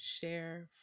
share